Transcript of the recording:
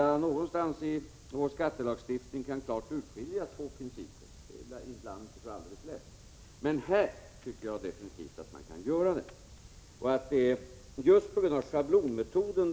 Om man någonstans i vår skattelagstiftning kan urskilja två principer — ibland är det inte alldeles lätt — tycker jag definitivt man kan göra det här.